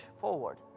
forward